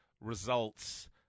results